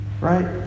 Right